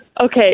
Okay